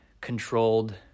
controlled